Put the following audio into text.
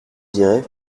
dirai